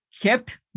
kept